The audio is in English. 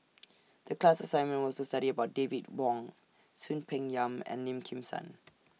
The class assignment was to study about David Wong Soon Peng Yam and Lim Kim San